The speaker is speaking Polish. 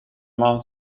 mam